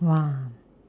!wah!